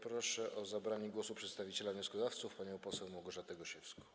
Proszę o zabranie głosu przedstawiciela wnioskodawców panią poseł Małgorzatę Gosiewską.